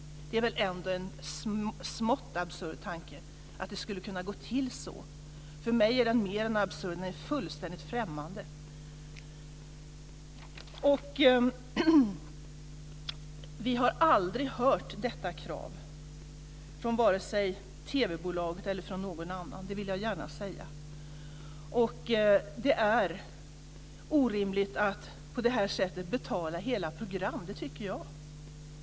Det är väl ändå en smått absurd tanke att det skulle kunna gå till så. För mig är den mer än absurd; den är fullständigt främmande. Vi har aldrig hört detta krav, varken från TV bolaget eller från någon annan. Det vill jag gärna säga. Jag tycker också att det är orimligt att på det här sättet betala hela program.